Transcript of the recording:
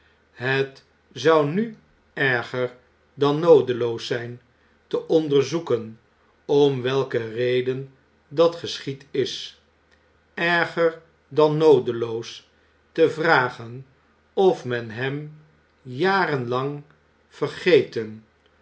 het zou nu erger dan noodeloos zp te onderzoeken om welke reden dat geschied is erger dan noodeloos te vragen ofmenhemjarenlang vergeten